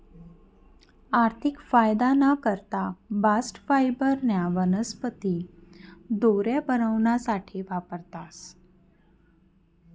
आर्थिक फायदाना करता बास्ट फायबरन्या वनस्पती दोऱ्या बनावासाठे वापरतास